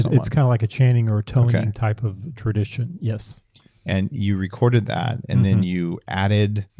it's kind of like a chanting or toning and type of tradition, yes and you recorded that and then you added.